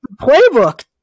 playbook